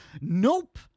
Nope